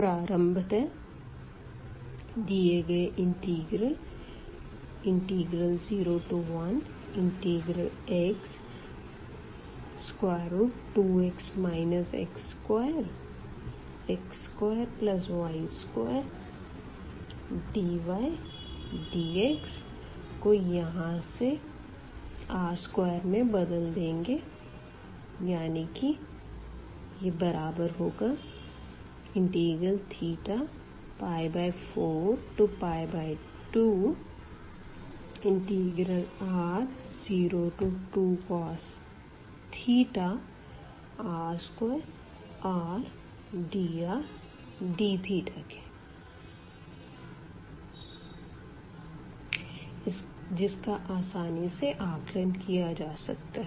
प्रारंभत दिए गए integral 01x2x x2x2y2dydx को यहाँ से r स्क्वेर में बदल देंगे यानी की θ42r02cos r2rdrdθ जिसका आसानी से आकलन किया जा सकता है